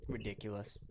Ridiculous